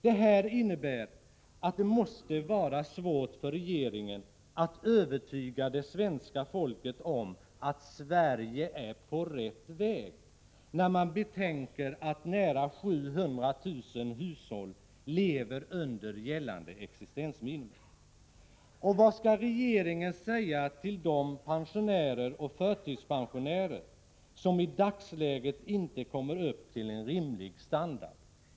Det här innebär att det måste vara svårt för regeringen att övertyga det svenska folket om att ”Sverige är på rätt väg”, när man betänker att nära 700 000 hushåll lever under gällande existensminimum. Och vad skall regeringen säga till de pensionärer och förtidspensionärer som i dagsläget inte kommer upp till en rimlig standard?